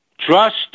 Trust